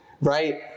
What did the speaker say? Right